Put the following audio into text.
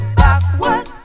backward